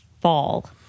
fall